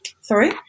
Sorry